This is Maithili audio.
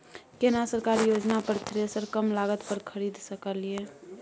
केना सरकारी योजना पर थ्रेसर कम लागत पर खरीद सकलिए?